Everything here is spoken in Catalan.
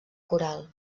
coral